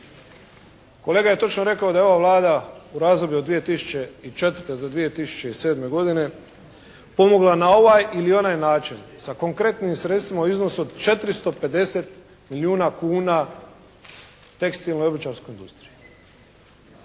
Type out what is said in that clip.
Kolega je točno rekao da je ova Vlada u razdoblju od 2004. do 2007. godine pomogla na ovaj ili onaj način sa konkretnim sredstvima u iznosu od 450 milijuna kuna tekstilnoj i obućarskoj industriji.